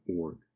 org